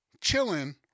chilling